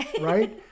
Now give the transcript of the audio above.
Right